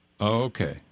Okay